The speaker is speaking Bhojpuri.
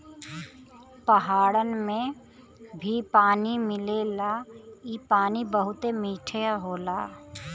पहाड़न में भी पानी मिलेला इ पानी बहुते मीठा होला